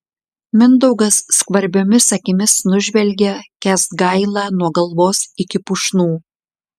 mindaugas skvarbiomis akimis nužvelgia kęsgailą nuo galvos iki pušnų